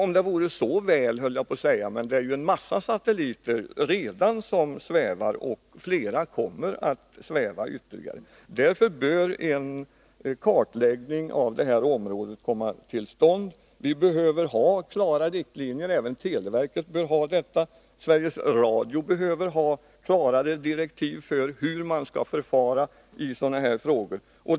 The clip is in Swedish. Om det vore så väl, höll jag på att säga. Men det är redan en massa satelliter som svävar, och det kommer att sväva flera. Därför bör en kartläggning av detta område komma till stånd. Vi behöver ha klara riktlinjer, bl.a. inom televerket. Sveriges Radio behöver ha klarare direktiv för hur man skall förfara i sådana här frågor.